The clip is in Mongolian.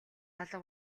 алга